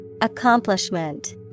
Accomplishment